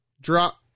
Drop